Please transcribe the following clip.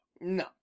No